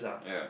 ya